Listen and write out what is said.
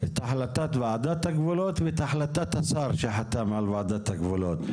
את החלטת ועדת הגבולות ואת החלטת השר שחתם על ועדת הגבולות.